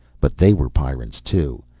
but they were pyrrans, too.